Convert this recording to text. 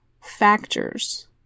factors